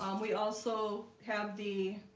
um we also have the